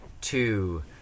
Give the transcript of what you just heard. two